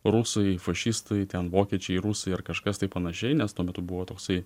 rusai fašistai ten vokiečiai rusai ar kažkas tai panašiai nes tuo metu buvo toksai